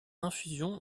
infusion